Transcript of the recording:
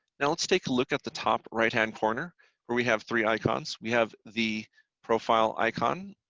now, let's take a look at the top right-hand corner where we have three icons. we have the profile icon.